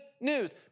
news